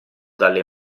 dalle